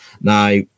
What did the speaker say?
Now